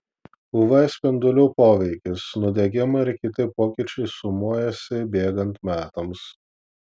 uv spindulių poveikis nudegimai ir kiti pokyčiai sumuojasi bėgant metams